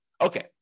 Okay